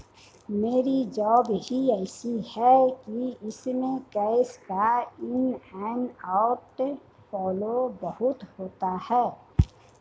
मेरी जॉब ही ऐसी है कि इसमें कैश का इन एंड आउट फ्लो बहुत होता है